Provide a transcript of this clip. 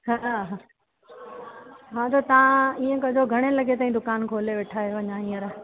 हा हा हा त तव्हां इअं कजो घणे लॻे ताईं दुकानु खोले वेठा आहियो अञा हींअर